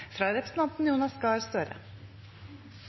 fra representanten Jonas Gahr Støre.